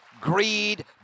greed